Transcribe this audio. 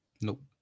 Nope